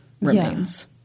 remains